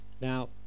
now